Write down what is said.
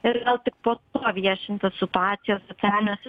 ir vėl tik po to viešint tos situacijos socialinuose